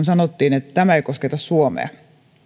sanottiin että tämä ei kosketa suomea